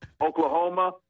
Oklahoma